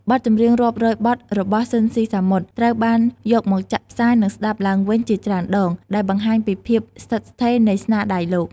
បទចម្រៀងរាប់រយបទរបស់ស៊ីន ស៊ីសាមុត ត្រូវបានយកមកចាក់ផ្សាយ និងស្ដាប់ឡើងវិញជាច្រើនដង ដែលបង្ហាញពីភាពនៅស្ថិតស្ថេរនៃស្នាដៃលោក ។